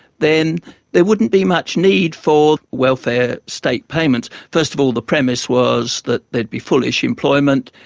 then there wouldn't be much need for welfare state payments. first of all, the premise was that there'd be fullish employment.